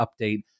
update